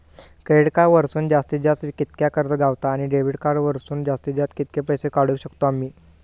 Credit card वरसून जास्तीत जास्त कितक्या कर्ज गावता, आणि डेबिट कार्ड वरसून जास्तीत जास्त कितके पैसे काढुक शकतू आम्ही?